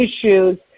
issues